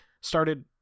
started